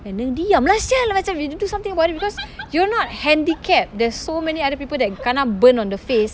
and then diam lah [sial] macam do something about it because you're not handicapped there's so many other people that kena burn on the face